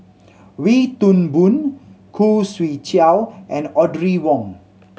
Wee Toon Boon Khoo Swee Chiow and Audrey Wong